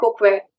cookware